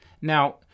now